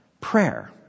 Prayer